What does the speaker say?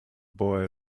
boy